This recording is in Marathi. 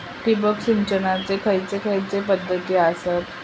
ठिबक सिंचनाचे खैयचे खैयचे पध्दती आसत?